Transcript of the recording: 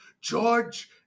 George